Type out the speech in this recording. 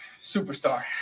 superstar